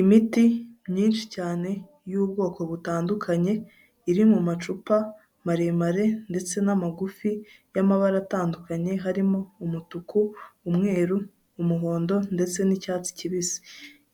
Imiti myinshi cyane y'ubwoko butandukanye, iri mu macupa maremare ndetse n'amagufi y'amabara atandukanye, harimo umutuku, umweru, umuhondo, ndetse n'icyatsi kibisi.